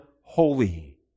holy